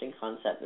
concept